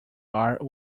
are